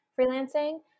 freelancing